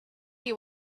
you